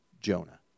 Jonah